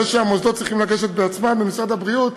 זה שהמוסדות צריכים לגשת בעצמם למשרד הבריאות,